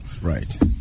Right